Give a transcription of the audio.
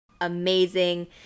amazing